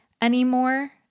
anymore